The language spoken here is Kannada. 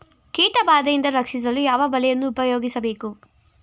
ಕೀಟಬಾದೆಯಿಂದ ರಕ್ಷಿಸಲು ಯಾವ ಬಲೆಯನ್ನು ಉಪಯೋಗಿಸಬೇಕು?